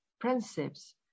principles